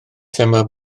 thema